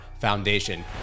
Foundation